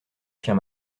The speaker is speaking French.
chien